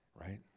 right